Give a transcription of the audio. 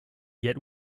yet